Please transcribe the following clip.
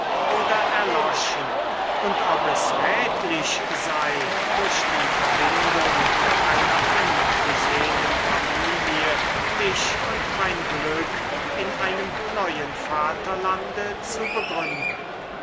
oder erloschen und ob es rätlich sei durch die verbindung mit einer angesehnen familie mich und mein glück in einem neuen vaterlande zu begründen